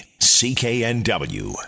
CKNW